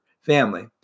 family